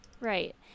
Right